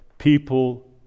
People